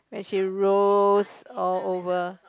when she rows all over